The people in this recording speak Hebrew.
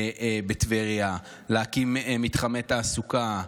להקים מתחמי תעסוקה,